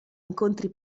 incontri